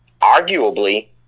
arguably